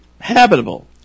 habitable